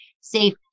safe